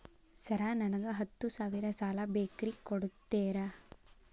Sir ನನಗ ಹತ್ತು ಸಾವಿರ ಸಾಲ ಬೇಕ್ರಿ ಕೊಡುತ್ತೇರಾ?